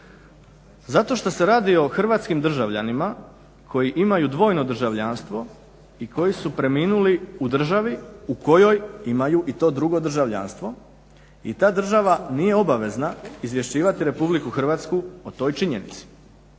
Zato što se radi o hrvatskim državljanima koji imaju dvojno državljanstvo i koji su preminuli u državi u kojoj imaju i to drugo državljanstvo i ta država nije obavezna izvješćivati RH o toj činjenici.